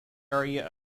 area